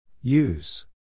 Use